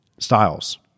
Styles